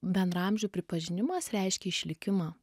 bendraamžių pripažinimas reiškia išlikimą